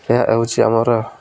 ଏହା ହେଉଛି ଆମର